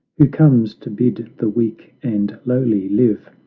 who comes to bid the weak and lowly live.